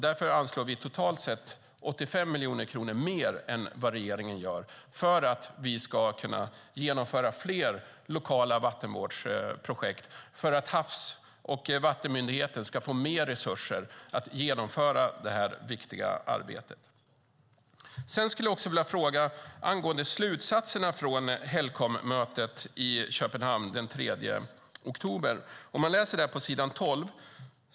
Därför anslår vi totalt sett 85 miljoner kronor mer än vad regeringen gör för att vi ska kunna genomföra fler lokala vattenvårdsprojekt och för att Havs och vattenmyndigheten ska få mer resurser för att genomföra det här viktiga arbetet. Sedan skulle jag vilja ställa en fråga angående slutsatserna från Helcommötet i Köpenhamn den 3 oktober. Man kan läsa på s. 12.